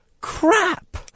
crap